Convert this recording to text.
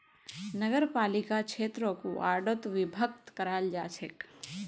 नगरपालिका क्षेत्रक वार्डोत विभक्त कराल जा छेक